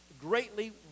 greatly